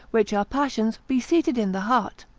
which are passions, be seated in the heart.